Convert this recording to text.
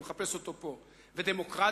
ודמוקרטיה,